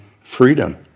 freedom